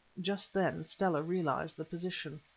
just then stella realized the position.